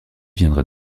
viendra